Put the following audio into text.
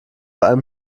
einem